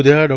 उद्या डॉ